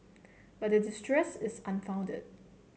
but their distress is unfounded